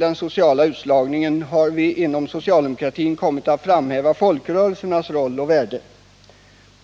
den sociala utslagningen har vi inom socialdemokratin kommit att framhålla folkrörelsernas roll och värde.